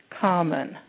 common